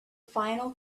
final